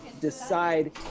decide